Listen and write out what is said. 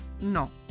no